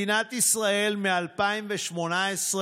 לו.